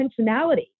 intentionality